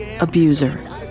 abuser